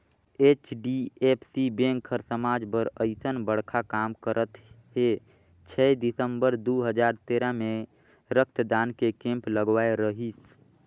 HDFC bank हर समाज बर अइसन बड़खा काम करत हे छै दिसंबर दू हजार तेरा मे रक्तदान के केम्प लगवाए रहीस